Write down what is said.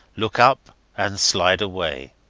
look up and slide away.